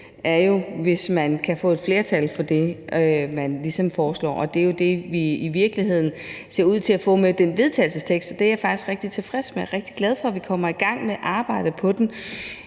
er, hvis man kan få et flertal for det, man ligesom foreslår. Det er jo det, vi i virkeligheden ser ud til at få med den vedtagelsestekst, og det er jeg faktisk rigtig tilfreds med. Jeg er rigtig glad for, at vi kommer i gang med arbejdet på den.